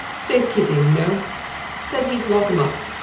safe keeping, you know said he'd lock em up.